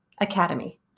Academy